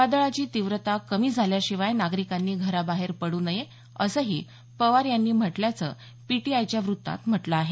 वादळाची तीव्रता कमी झाल्याशिवाय नागरिकांनी घराबाहेर पडू नये असंही पवार यांनी म्हटल्याचं पीटीआयच्या वृत्तात म्हटल आहे